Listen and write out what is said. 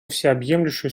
всеобъемлющую